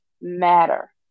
matter